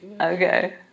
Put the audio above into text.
okay